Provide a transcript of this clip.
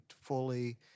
fully